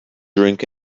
drink